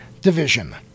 division